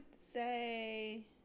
say